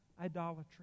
idolatry